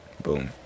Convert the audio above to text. boom